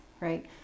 right